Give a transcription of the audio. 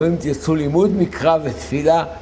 ‫אם תרצו לימוד מקרא ותפילה.